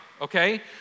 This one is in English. okay